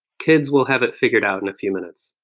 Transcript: kids will have it figured out in a few minutes.